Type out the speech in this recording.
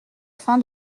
fin